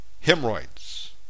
Hemorrhoids